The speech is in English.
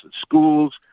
schools